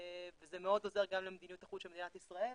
זה מאוד עוזר גם למדיניות החוץ של מדינת ישראל,